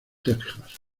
texas